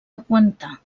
augmentar